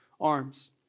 arms